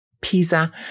Pisa